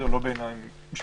לא בעיניים משפטיות.